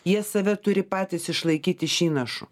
jie save turi patys išlaikyt iš įnašų